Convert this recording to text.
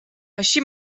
així